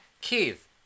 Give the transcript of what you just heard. Keith